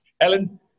ellen